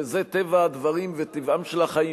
וזה טבע הדברים וטבעם של החיים,